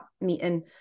meeting